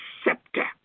scepter